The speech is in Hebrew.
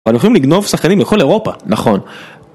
אבל הם יכולים לגנוב שחקנים מכל אירופה, נכון.